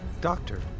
Doctor